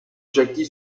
jackie